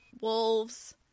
wolves